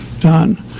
done